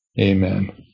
amen